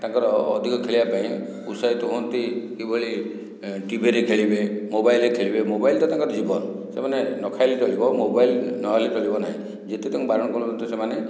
ତାଙ୍କର ଅଧିକ ଖେଳିବା ପାଇଁ ଉତ୍ସାହିତ ହୁଅନ୍ତି କିଭଳି ଟିଭିରେ ଖେଳିବେ ମୋବାଇଲରେ ଖେଳିବେ ମୋବାଇଲ ତ ତାଙ୍କର ଜୀବନ ସେମାନେ ନଖାଇଲେ ଚଳିବ ମୋବାଇଲ ନହେଲେ ଚଳିବ ନାହିଁ ଯେତେ ତାଙ୍କୁ ବାରଣ କଲେ ମଧ୍ୟ ସେମାନେ